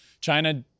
China –